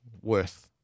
worth